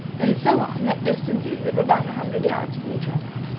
and so on at distances of about a hundred yards from each other.